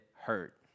hurt